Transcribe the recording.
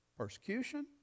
persecution